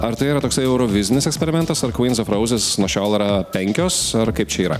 ar tai yra toksai eurovizinis eksperimentas ar kvyns of rauzes nuo šiol ar penkios ar kaip čia yra